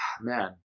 man